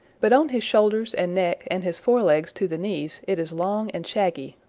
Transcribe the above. but on his shoulders and neck and his fore legs to the knees it is long and shaggy,